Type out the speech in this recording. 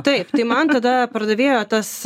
taip tai man tada pardavėjo tas